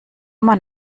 man